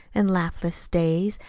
an' laughless days,